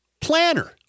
planner